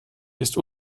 ist